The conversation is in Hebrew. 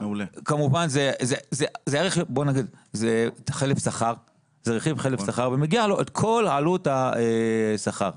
זה רכיב חלף שכר ומגיעה לעובד כל עלות השכר.